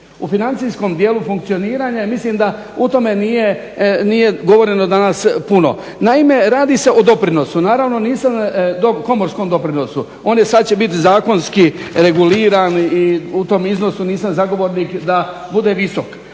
u financijskom dijelu funkcioniranja i mislim da o tome nije govoreno danas puno. Naime radi se o doprinosu, komorskom doprinosu. On će sad biti zakonski reguliran i u tom iznosu nisam zagovornik da bude visok,